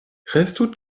restu